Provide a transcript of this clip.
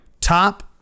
Top